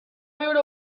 viure